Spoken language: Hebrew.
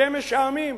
"שמש העמים"